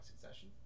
succession